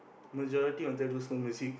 majority wanted to do slow music